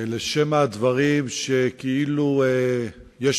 הייתי מבקש ששר המשפטים, כבר עכשיו, יוציא